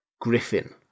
griffin